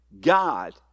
God